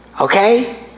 Okay